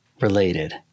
related